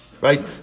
Right